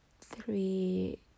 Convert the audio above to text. three